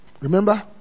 Remember